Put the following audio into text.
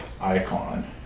icon